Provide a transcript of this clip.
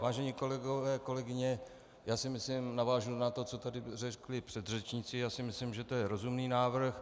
Vážení kolegové, kolegyně, já si myslím, navážu na to, co tady řekli předřečníci, myslím si, že to je rozumný návrh.